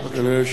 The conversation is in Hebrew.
אדוני היושב-ראש,